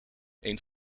een